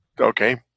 okay